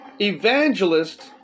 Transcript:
evangelist